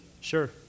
Sure